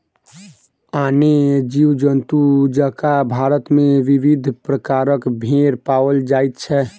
आने जीव जन्तु जकाँ भारत मे विविध प्रकारक भेंड़ पाओल जाइत छै